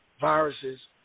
viruses